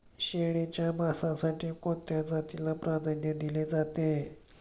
शेळीच्या मांसासाठी कोणत्या जातीला प्राधान्य दिले जाते?